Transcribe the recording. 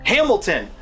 Hamilton